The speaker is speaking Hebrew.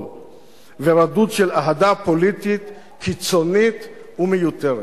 ורדוד של אהדה פוליטית קיצונית ומיותרת.